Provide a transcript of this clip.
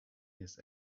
his